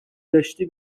داشتی